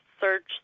search